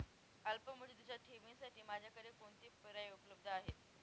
अल्पमुदतीच्या ठेवींसाठी माझ्याकडे कोणते पर्याय उपलब्ध आहेत?